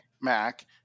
Mac